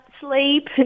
sleep